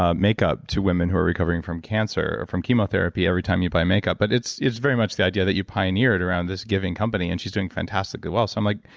ah makeup to women who are recovering from cancer, from chemotherapy every time you buy her makeup. but it's it's very much the idea that you pioneered around this giving company, and she's doing fantastically well. so i'm like,